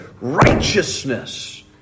righteousness